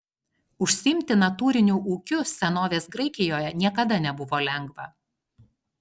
užsiimti natūriniu ūkiu senovės graikijoje niekada nebuvo lengva